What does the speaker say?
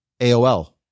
AOL